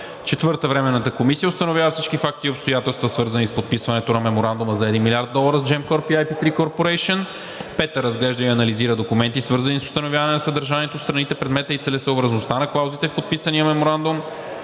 4. Временната комисия установява всички факти и обстоятелства, свързани с подписването на меморандума за 1 млрд. долара с Gеmcorp и IP3 Corporation. 5. Разглежда и анализира документи, свързани с установяване на съдържанието, страните, предмета и целесъобразността на клаузите в подписания меморандум.